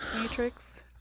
Matrix